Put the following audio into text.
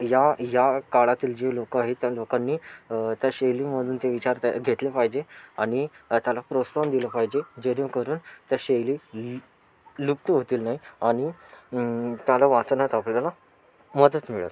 या या काळातील जे लोक आहेत त्या लोकांनी त्या शैलीमधून ते विचार ते घेतले पाहिजे आणि त्याला प्रोत्साहन दिलं पाहिजे जेणेकरून त्या शैली ल्हु लुप्त होतील नाही आणि त्याला वाचवण्यात आपल्याला मदत मिळंल